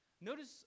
Notice